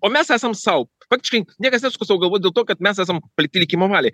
o mes esam sau faktiškai niekas nesuka sau galvos dėl to kad mes esam palikti likimo valiai